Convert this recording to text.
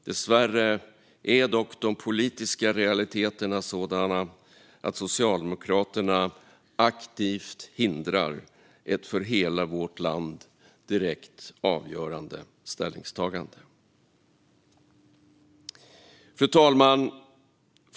Dessvärre är dock de politiska realiteterna sådana att Socialdemokraterna aktivt hindrar ett för hela vårt land direkt avgörande ställningstagande. Fru talman!